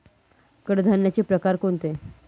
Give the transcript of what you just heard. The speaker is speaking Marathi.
कडधान्याचे प्रकार कोणते?